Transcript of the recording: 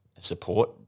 support